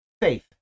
Faith